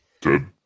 Dead